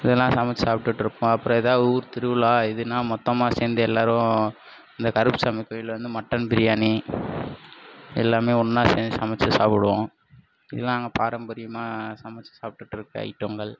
இதெல்லாம் சமைச்சி சாப்பிட்டுட்டு இருப்போம் அப்புறம் எதாவது ஊர் திருவிழா இதுன்னால் மொத்தமாக சேர்ந்து எல்லாரும் இந்த கருப்புசாமி கோயிலில் வந்து மட்டன் பிரியாணி எல்லாமே ஒன்றா சேர்ந்து சமைச்சி சாப்பிடுவோம் இதுல்லாம் நாங்கள் பாரம்பரியமாக சமைச்சி சாப்பிட்டுட்டு இருக்கற ஐட்டங்கள்